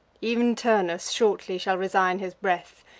ev'n turnus shortly shall resign his breath,